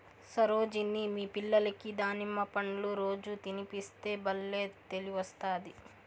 సరోజిని మీ పిల్లలకి దానిమ్మ పండ్లు రోజూ తినిపిస్తే బల్లే తెలివొస్తాది